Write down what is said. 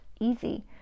easy